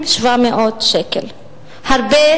גברתי,